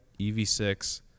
EV6